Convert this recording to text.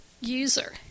user